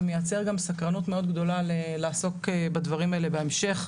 ומייצר גם סקרנות מאוד גדולה לעסוק בדברים האלה בהמשך.